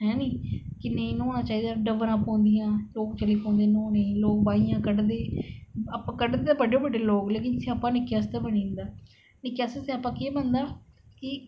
है नी कि नेईं न्हौना चाहिदा डबरा पौढ़िया लोक चली पोंदे न्हैने गी लोक बाहियां कढदे कढदे बड्डे बड्डे लोक सयापा पेई जंदा निक्के गी कढदे बड्डे बड्डे लोक लेकिन स्यापा निक्के आस्तै बनी जंदा निक्के आस्तै स्यापा कि